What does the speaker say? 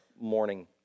morning